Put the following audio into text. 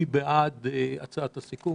מי בעד הצעת הסיכום?